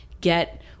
get